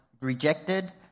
rejected